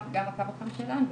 גם הקו החם שלנו.